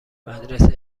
مدرسه